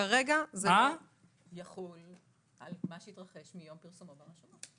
זה יחול על מה שיתרחש מיום פרסומו ברשויות.